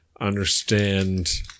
understand